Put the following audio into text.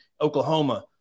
Oklahoma